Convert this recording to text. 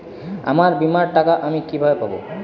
আমার বীমার টাকা আমি কিভাবে পাবো?